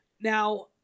Now